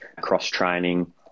cross-training